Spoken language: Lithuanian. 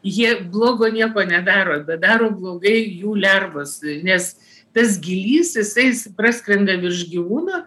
jie blogo nieko nedaro bet daro blogai jų lervos nes tas gylys jisai praskrenda virš gyvūno